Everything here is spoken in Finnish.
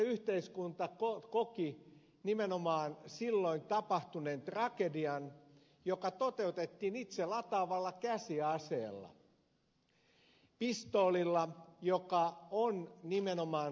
yhteiskunta koki silloin tragedian joka toteutettiin itselataavalla käsiaseella pistoolilla joka on nimenomaan se ongelma